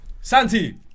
Santi